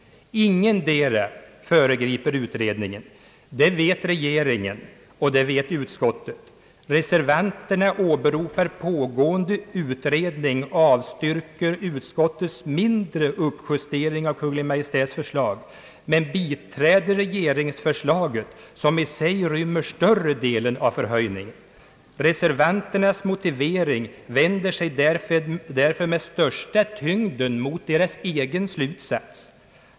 Ingendera föregriper utredningen. Det vet regeringen och det vet utskottet. Reservanterna åberopar pågående utredning och avstyrker utskottets lilla uppjustering av Kungl. Maj:ts förslag men biträder regeringsförslaget som i sig rymmer större delen av höjningen. Reservanternas motivering vänder därför sin största tyngd mot deras egen slutsats.